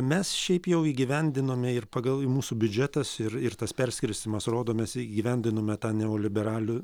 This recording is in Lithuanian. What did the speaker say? mes šiaip jau įgyvendinome ir pagal mūsų biudžetas ir ir tas perskirstymas rodo mes įgyvendinome tą neoliberalią